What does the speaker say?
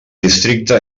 districte